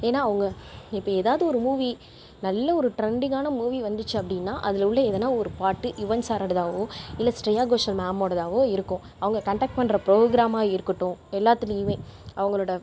ஏன்னா அவங்க இப்ப எதாவது ஒரு மூவி நல்ல ஒரு ட்ரெண்டிங்கான மூவி வந்துச்சு அப்படின்னா அதில் உள்ள எதனா ஒரு பாட்டு யுவன் சாரோடதாகவோ இல்ல ஸ்ரேயா கோஷன் மேம்மோடதாகவோ இருக்கும் அவங்க கண்டக்ட் பண்ணுற ப்ரோக்ராமாக இருக்கட்டும் எல்லாத்லேயுமே அவங்களோட